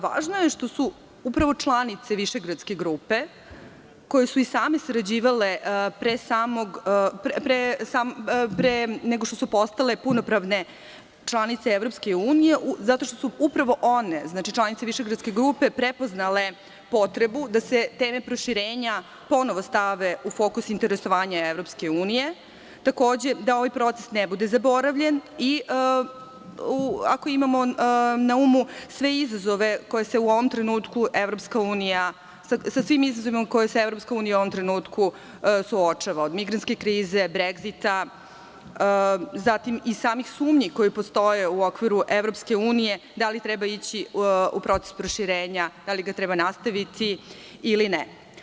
Važno je što su upravo članice Višegradske grupe koje su i same sarađivale pre nego što su postale punopravne članice EU, zato što su upravo one, znači članice Višegradske grupe, prepoznale potrebu da se teme proširenja ponovo stave u fokus interesovanja EU, takođe, da ovaj proces ne bude zaboravljen, ako imamo na umu sve izazove sa kojima se EU u ovom trenutku suočava, od migrantske krize, Bregzita, zatim i samih sumnji koje postoje u okviru EU, da li treba ići u proces proširenja, da li ga treba nastaviti ili ne.